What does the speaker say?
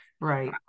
right